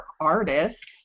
artist